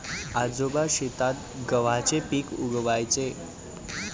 आजोबा शेतात गव्हाचे पीक उगवयाचे